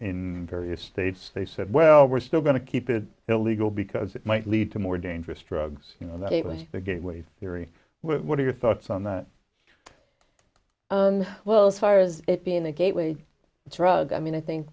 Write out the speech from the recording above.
in various states they said well we're still going to keep it illegal because it might lead to more dangerous drugs you know that maybe the gateway theory what are your thoughts on that well as far as it being the gateway drug i mean i think